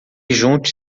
junte